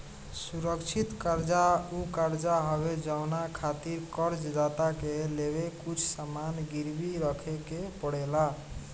सुरक्षित कर्जा उ कर्जा हवे जवना खातिर कर्ज दाता के लगे कुछ सामान गिरवी रखे के पड़ेला